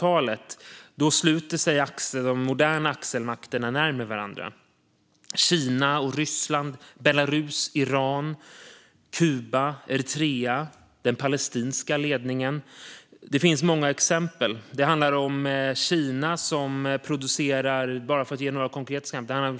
Nu på 2000-talet närmar sig axelmakterna varandra: Kina, Ryssland, Belarus, Iran, Kuba, Eritrea och den palestinska ledningen. Det finns många exempel på det.